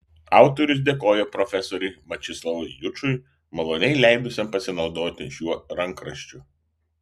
autorius dėkoja profesoriui mečislovui jučui maloniai leidusiam pasinaudoti šiuo rankraščiu